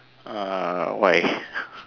err why